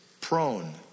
prone